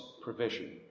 provision